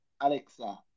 Alexa